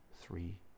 three